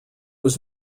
was